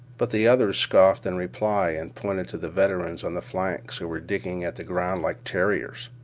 but the others scoffed in reply, and pointed to the veterans on the flanks who were digging at the ground like terriers.